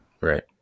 Right